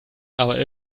aber